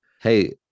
hey